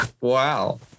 wow